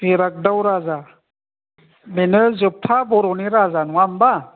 इराग्दाव राजा बेनो जोबथा बर'नि राजा नङा होनबा